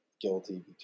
guilty